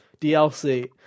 DLC